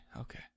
Okay